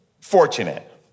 fortunate